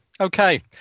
Okay